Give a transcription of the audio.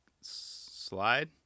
slide